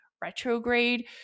retrograde